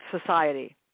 society